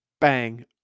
Bang